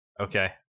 Okay